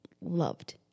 loved